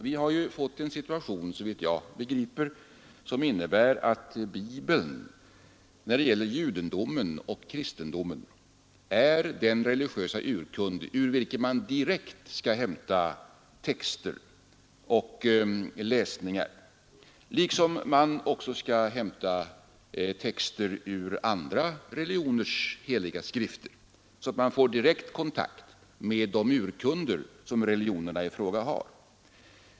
Vi har ju fått en situation som innebär, så vitt jag begriper, att Bibeln när det gäller judendomen och kristendomen är den religiösa urkund ur vilken man direkt skall hämta texter, liksom man skall hämta texter ur andra religioners heliga skrifter, så att man får direkt kontakt med de urkunder som religionerna i fråga har.